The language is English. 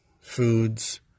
foods